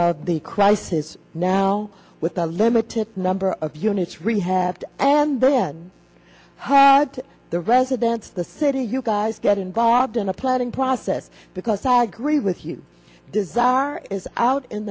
of the crisis now with the limited number of units rehabbed and then had the residents the city you guys get involved in the planning process because all agree with you design is out in